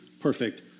perfect